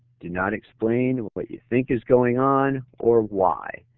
do not explain what what you think is going on or why.